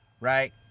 right